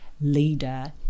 leader